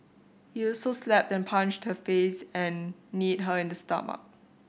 he also slapped and punched her face and kneed her in the stomach